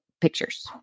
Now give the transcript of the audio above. pictures